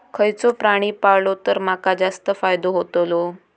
खयचो प्राणी पाळलो तर माका जास्त फायदो होतोलो?